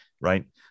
right